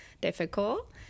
difficult